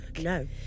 No